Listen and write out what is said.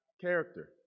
character